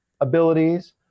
abilities